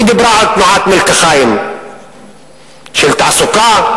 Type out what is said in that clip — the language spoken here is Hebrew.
היא דיברה על תנועת מלקחיים של תעסוקה.